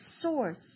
source